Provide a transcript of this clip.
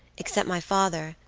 except my father,